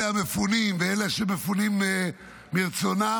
אלה המפונים ואלה שמפונים מרצונם,